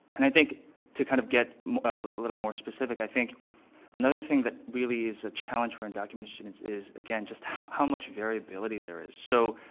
and i think to kind of get a little more specific, i think another thing that really is a challenge for undocumented students is, again, just how much variability there is. so